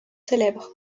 célèbres